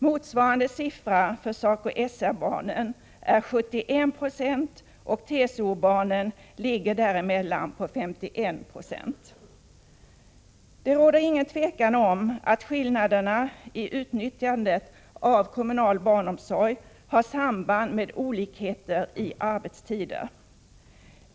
Motsvarande siffra för SACO/SR-barnen är 71 90, medan siffran för TCO-barnen är 51 90. Det råder inget tvivel om att skillnaderna i utnyttjandet av kommunal barnomsorg har samband med olikheter när det gäller arbetstider.